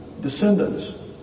descendants